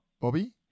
Bobby